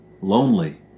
Lonely